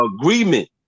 agreement